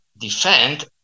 defend